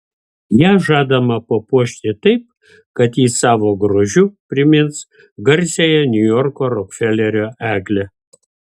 ją žadama papuošti taip kad ji savo grožiu primins garsiąją niujorko rokfelerio eglę